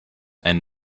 and